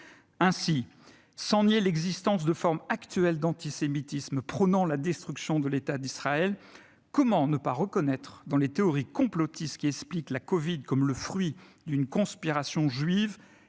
Ainsi, sans nier l'existence de formes actuelles d'antisémitisme prônant la destruction de l'État d'Israël, comment ne pas reconnaître dans les théories complotistes qui expliquent la covid comme le fruit d'une conspiration juive